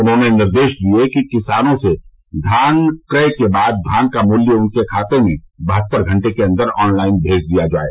उन्होंने निर्देश दिये कि किसानों से धान क्रय के बाद धान का मूल्य उनके खाते में बहत्तर घंटे के अन्दर ऑन लाइन भेज दिया जाये